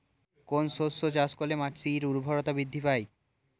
কোন শস্য চাষ করলে মাটির উর্বরতা বৃদ্ধি পায়?